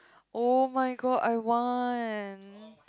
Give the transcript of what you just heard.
[oh]-my-god I want